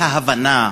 האי-הבנה,